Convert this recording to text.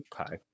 Okay